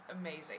amazing